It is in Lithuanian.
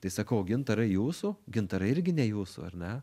tai sakau gintarai jūsų gintarai irgi ne jūsų ar ne